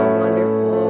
wonderful